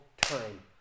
time